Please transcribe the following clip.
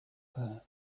her